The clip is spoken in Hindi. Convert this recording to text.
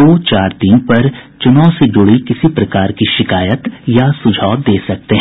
दो चार तीन पर चुनाव से जुड़ी किसी प्रकार की शिकायत या सुझाव दे सकते हैं